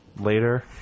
later